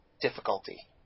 difficulty